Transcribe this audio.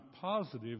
positive